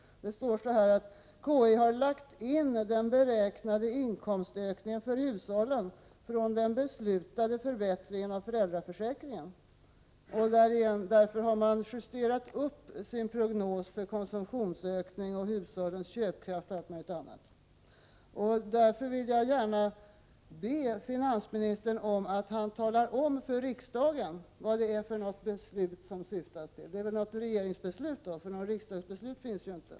Det står att ”KI har lagt in den beräknade inkomstökningen för hushållen från den beslutade förbättringen av föräldraförsäkringen”. Därför har man justerat upp sin prognos beträffande konsumtionsökning, hushållens köpkraft och allt möjligt annat. Jag vill be finansministern att tala om för riksdagen vilket beslut som åsyftas. Det måste gälla något regeringsbeslut, för något riksdagsbeslut finns ju inte.